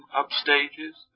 upstages